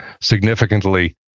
significantly